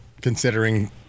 considering